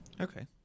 okay